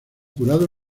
jurado